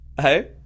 Hey